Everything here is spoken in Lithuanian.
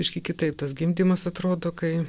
biškį kitaip tas gimdymas atrodo kai